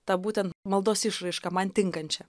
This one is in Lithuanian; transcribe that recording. tą būtent maldos išraišką man tinkančią